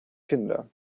kinder